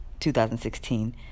2016